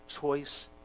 choice